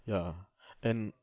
ya and